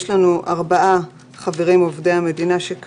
יש ארבעה חברים עובדי מדינה,